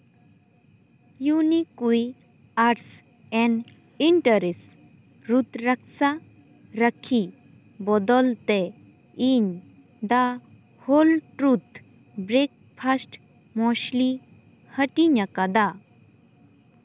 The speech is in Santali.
ᱤᱭᱩᱱᱤᱠᱩᱭ arts and interest Rudraksha rakhi ᱵᱚᱫᱚᱞᱛᱮ in the whole truth breakfast ᱢᱳᱥᱞᱤ ᱦᱟᱹᱴᱤᱧ ᱟᱠᱟᱫᱟ